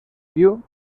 piu